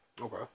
okay